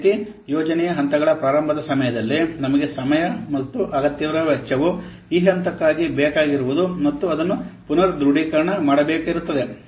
ಅದೇ ರೀತಿ ಯೋಜನೆಯ ಹಂತಗಳ ಪ್ರಾರಂಭದ ಸಮಯದಲ್ಲಿ ನಮಗೆ ಸಮಯ ಮತ್ತು ಅಗತ್ಯವಿರುವ ವೆಚ್ಚವು ಈ ಹಂತಕ್ಕೆ ಬೇಕಾಗಿರುವುದು ಮತ್ತು ಅದನ್ನು ಪುನರ್ ದೃಡೀಕರಣ ಮಾಡಬೇಕಿರುತ್ತದೆ